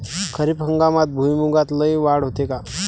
खरीप हंगामात भुईमूगात लई वाढ होते का?